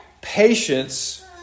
Patience